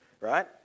right